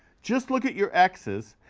just look at your x's.